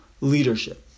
leadership